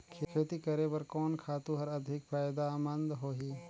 खेती करे बर कोन खातु हर अधिक फायदामंद होही?